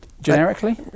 Generically